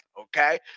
okay